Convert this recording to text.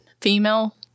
female